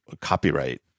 copyright